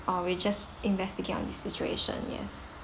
or we just investigate on this situation yes